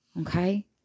Okay